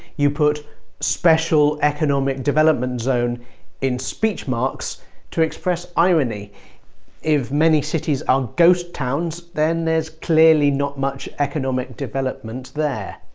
you put special economic development zone in speech marks to express irony if many cities are ghost towns, then there's clearly not much economic development there.